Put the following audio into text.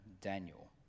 daniel